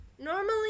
Normally